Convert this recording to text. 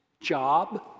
job